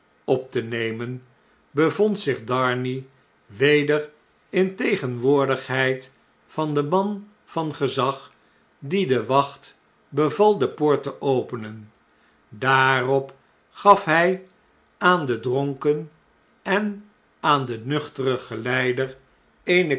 op tenemen bevond zich darnay weder in tegenwoordigheid van den man van gezag die de wacht beval de poort te openen daarop gaf hj aan den au seceet dronken en aan den nuchteren geleider eene